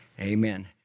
amen